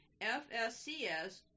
FSCS